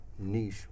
Niche